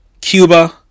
Cuba